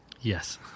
Yes